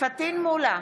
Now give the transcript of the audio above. פטין מולא,